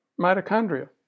mitochondria